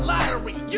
lottery